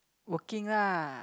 working lah